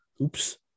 Oops